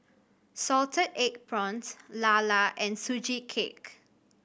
salted egg prawns lala and Sugee Cake